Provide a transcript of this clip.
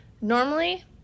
normally